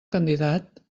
candidat